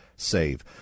save